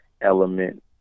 element